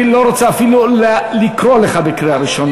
אני איאלץ להוציא פה חברי כנסת בחוץ.